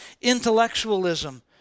intellectualism